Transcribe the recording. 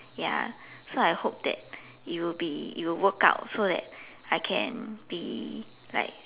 ya so I hope that it'll be it'll work out so that I can be like